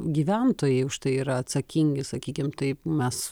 gyventojai už tai yra atsakingi sakykim taip mes